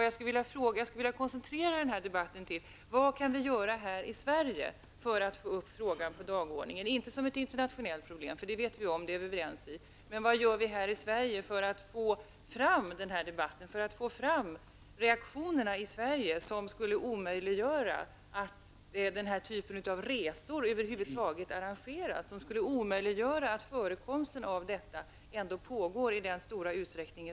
Jag skulle vilja koncentrera den här debatten till vad vi kan göra här i Sverige för att få upp frågan på dagordningen -- inte som ett internationellt problem, det är vi överens om att det är -- utan jag för att få igång den här debatten och för att få fram de reaktioner som skulle omöjliggöras att den här typen av resor över huvud taget arrangeras och som skulle omöjliggöra att detta fortsätter i den utsträckning som faktiskt sker nu.